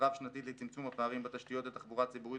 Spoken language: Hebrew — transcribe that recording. רב-שנתית לצמצום הפערים בתשתיות לתחבורה ציבורית